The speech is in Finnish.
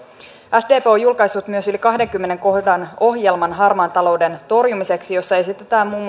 sdp on julkaissut myös yli kahdennenkymmenennen kohdan ohjelman harmaan talouden torjumiseksi jossa esitetään muun